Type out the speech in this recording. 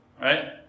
right